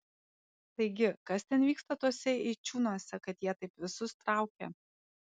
taigi kas ten vyksta tuose eičiūnuose kad jie taip visus traukia